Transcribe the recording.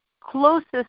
closest